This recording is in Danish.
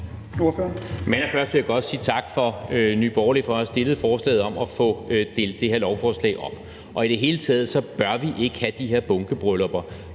vil jeg godt sige tak til Nye Borgerlige for at have stillet forslaget om at få delt det her lovforslag op. Og vi bør i det hele taget ikke have de her bunkebryllupper,